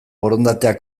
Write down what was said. borondatea